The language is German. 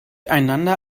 einander